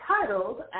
titled